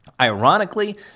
Ironically